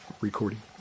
recording